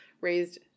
raised